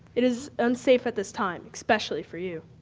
it is unsafe at this time, especially for you.